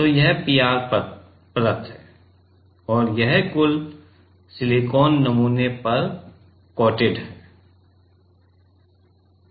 तो यह पीआर परत है और यह कुल सिलिकॉन नमूने पर कोटेड है